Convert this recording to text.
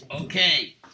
Okay